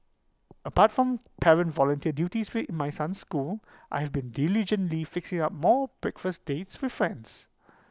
apart from parent volunteer duties in my son's school I have been diligently fixing up more breakfast dates with friends